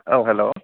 औ हेल'